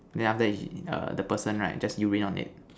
then after that the person right just urine on it